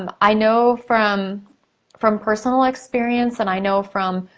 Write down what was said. um i know from from personal experience, and i know from